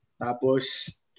Tapos